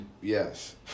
Yes